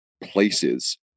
places